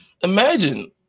Imagine